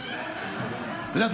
אתה יודע,